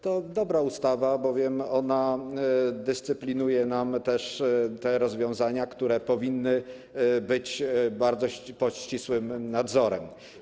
To dobra ustawa, bowiem ona dyscyplinuje nam też te rozwiązania, które powinny być pod ścisłym nadzorem.